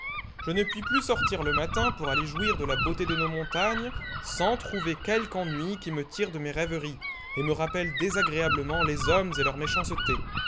je ne puis plus sortir le matin pour aller jouir de la beauté de nos montagnes sans trouver quelque ennui qui me tire de mes rêveries et me rappelle désagréablement les hommes et leur méchanceté